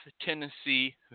Tennessee